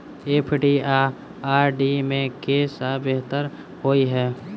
FD आ RD मे केँ सा बेहतर होइ है?